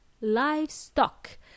livestock